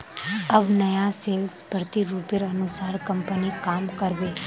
अब नया सेल्स प्रतिरूपेर अनुसार कंपनी काम कर बे